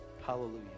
hallelujah